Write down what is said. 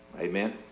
Amen